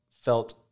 felt